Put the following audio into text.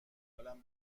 حالم